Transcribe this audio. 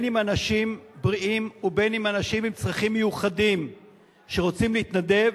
אם אנשים בריאים ואם אנשים עם צרכים מיוחדים שרוצים להתנדב,